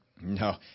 No